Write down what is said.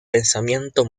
pensamiento